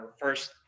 first